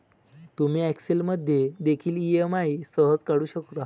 तुम्ही एक्सेल मध्ये देखील ई.एम.आई सहज काढू शकता